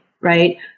right